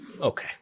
Okay